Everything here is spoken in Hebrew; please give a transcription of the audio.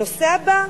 הנושא הבא,